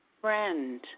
friend